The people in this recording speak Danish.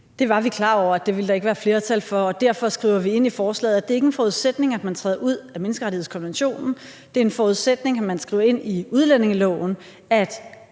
Det var vi klar over at der ikke ville være flertal for, og derfor skriver vi ind i forslaget, at det ikke er en forudsætning, at man træder ud af menneskerettighedskonventionen. Det er en forudsætning, at man skriver ind i udlændingeloven, at